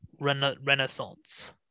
renaissance